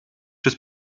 des